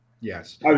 Yes